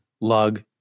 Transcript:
lug